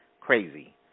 crazy